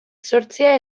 sortzea